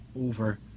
over